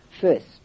first